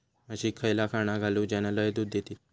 म्हशीक खयला खाणा घालू ज्याना लय दूध देतीत?